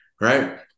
Right